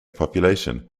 population